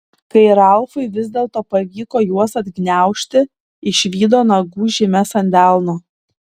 kai ralfui vis dėlto pavyko juos atgniaužti išvydo nagų žymes ant delno